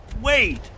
Wait